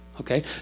okay